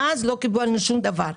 מאז לא קיבלנו שום דבר.